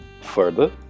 Further